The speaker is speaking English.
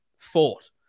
thought